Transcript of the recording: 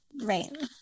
Right